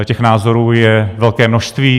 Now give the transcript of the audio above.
Těch názorů je velké množství.